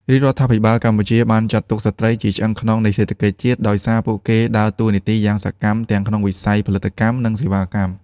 រាជរដ្ឋាភិបាលកម្ពុជាបានចាត់ទុកស្ត្រីជាឆ្អឹងខ្នងនៃសេដ្ឋកិច្ចជាតិ ដោយសារពួកគេដើតួនាទីយ៉ាងសកម្មទាំងក្នុងវិស័យផលិតកម្ម និងសេវាកម្ម។